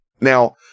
Now